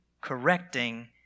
correcting